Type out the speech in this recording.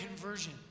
conversion